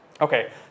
Okay